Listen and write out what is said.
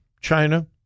China